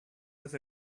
with